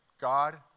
God